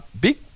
big